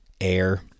air